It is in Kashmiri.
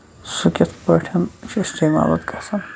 سُہ کِتھ پٲٹھۍ چھُ اِستعمال پتہٕ گژھان